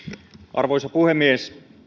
arvoisa puhemies